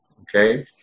okay